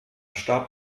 starb